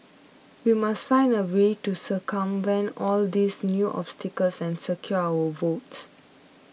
we must find a way to circumvent all these new obstacles and secure our votes